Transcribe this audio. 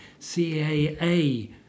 CAA